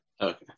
Okay